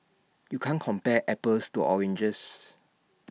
you can't compare apples to oranges